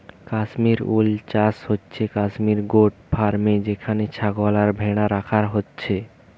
Kashmir wool চাষ হচ্ছে Kashmir goat ফার্মে যেখানে ছাগল আর ভ্যাড়া রাখা হইছে